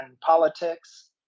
politics